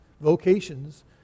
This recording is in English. vocations